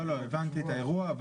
לא, הבנתי את האירוע.